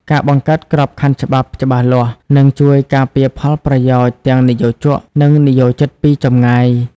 ការបង្កើតក្របខ័ណ្ឌច្បាប់ច្បាស់លាស់ នឹងជួយការពារផលប្រយោជន៍ទាំងនិយោជក និងនិយោជិតពីចម្ងាយ។